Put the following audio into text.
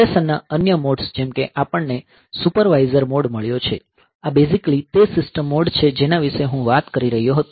operation ના અન્ય modes જેમ કે આપણને સુપરવાઈઝર મોડ મળ્યો છે આ બેઝીકલી તે સિસ્ટમ મોડ છે જેના વિશે હું વાત કરી રહ્યો હતો